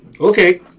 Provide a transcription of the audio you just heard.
Okay